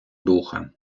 духа